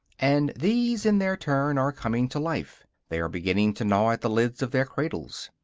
and these, in their turn, are coming to life they are beginning to gnaw at the lids of their cradles.